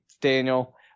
daniel